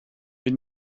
wir